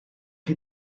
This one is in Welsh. chi